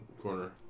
corner